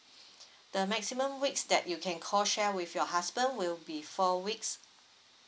the maximum weeks that you can co shared with your husband will be four weeks